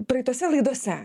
praeitose laidose